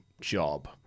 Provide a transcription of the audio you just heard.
job